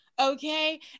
Okay